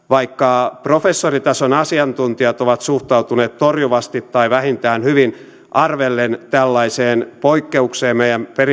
vaikka professoritason asiantuntijat ovat suhtautuneet torjuvasti tai vähintään hyvin arvellen tällaiseen poikkeukseen meidän